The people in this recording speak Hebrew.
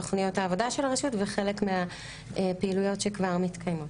תוכניות העבודה של הרשות וחלק מהפעילויות שכבר מתקיימות.